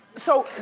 so,